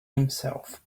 himself